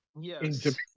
Yes